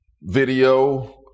video